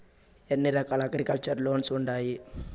ఎన్ని రకాల agriculture loans ఉండాయి